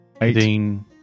Eighteen